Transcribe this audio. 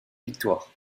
victoires